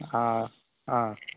ಹಾಂ ಹಾಂ